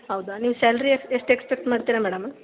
ಹೌದ ನೀವು ಸ್ಯಾಲ್ರಿ ಎಷ್ಟು ಎಕ್ಸ್ಪೆಕ್ಟ್ ಮಾಡ್ತೀರ ಮೇಡಮ್